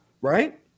Right